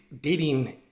dating